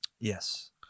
Yes